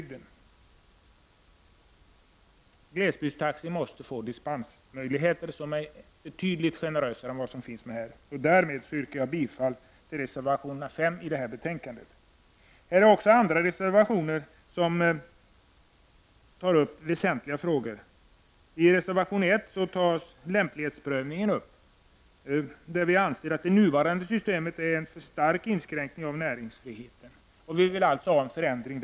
Glesbygdstaxi måste få betydligt mer generösa dispensmöjligheter. Med det anförda yrkar jag bifall till reservation 5 i detta betänkande. Det finns även andra reservationer i betänkandet i vilka väsentliga frågor tas upp. I reservation 1 tas lämplighetsprövningen upp. Enligt denna reservation anser vi från centern, moderaterna och folkpartiet att det nuvarande systemet innebär en för stark inskränkning av näringsfriheten, och vi vill ha en förändring.